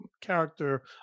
character